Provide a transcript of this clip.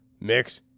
mix